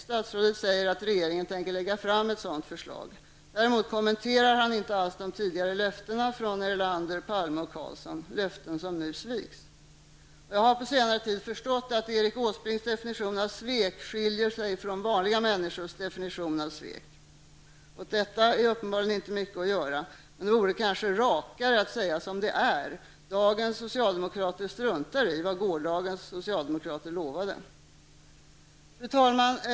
Statsrådet säger att regeringen tänker lägga fram ett sådant förslag. Däremot kommenterar han inte alls de tidigare löftena från Erlander, Palme och Carlsson, löften som nu sviks. Jag har på senare tid förstått att Erik Åsbrinks definition av svek skiljer sig från vanliga människors definition av svek. Åt detta är uppenbarligen inte mycket att göra. Men det vore kanske rakare att säga som det är: Dagens socialdemokrater struntar i vad gårdagens socialdemokrater lovade. Fru talman!